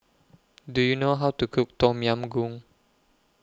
Do YOU know How to Cook Tom Yam Goong